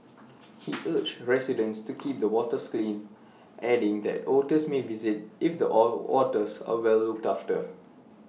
he urged residents to keep the waters clean adding that otters may visit if the all waters are well looked after